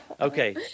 Okay